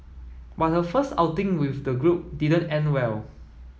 but her first outing with the group didn't end well